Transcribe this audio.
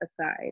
aside